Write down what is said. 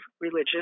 religious